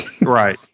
Right